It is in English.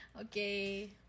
Okay